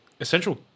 essential